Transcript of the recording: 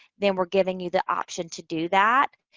then we're giving you the option to do that.